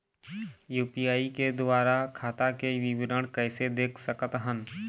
UPI के द्वारा खाता के विवरण कैसे देख सकत हन?